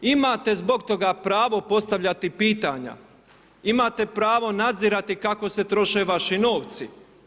Imate zbog toga pravo postavljati pitanja, imate pravo nadzirati kako se troše vaši novci.